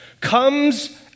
comes